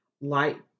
light